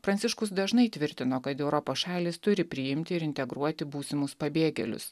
pranciškus dažnai tvirtino kad europos šalys turi priimti ir integruoti būsimus pabėgėlius